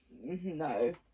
No